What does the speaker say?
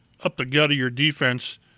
up-the-gut-of-your-defense